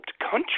country